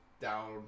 down